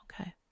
okay